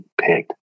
picked